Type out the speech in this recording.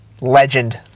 legend